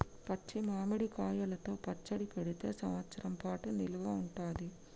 పచ్చి మామిడి కాయలతో పచ్చడి పెడితే సంవత్సరం పాటు నిల్వ ఉంటది